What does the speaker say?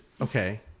Okay